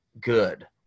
good